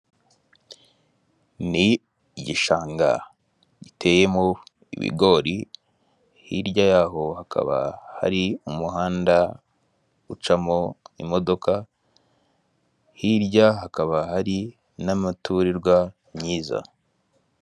Ni igishanga giteye mo ibigori, hirya yaho hakaba hari umuhanda ucamo imodoka hirya hakaba hari n'imiturirwa myiza.